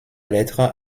lettre